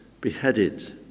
beheaded